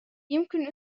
يمكن